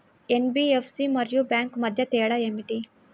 NBFC మరియు bank మధ్య తేడా ఏమిటి?